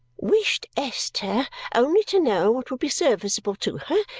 wished esther only to know what would be serviceable to her.